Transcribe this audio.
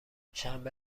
شنبه